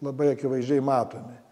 labai akivaizdžiai matomi